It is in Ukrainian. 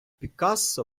пікассо